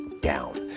down